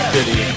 City